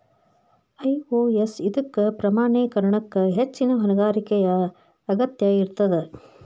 IOS ಇದಕ್ಕ ಪ್ರಮಾಣೇಕರಣಕ್ಕ ಹೆಚ್ಚಿನ್ ಹೊಣೆಗಾರಿಕೆಯ ಅಗತ್ಯ ಇರ್ತದ